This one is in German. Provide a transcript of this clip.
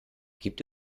gibt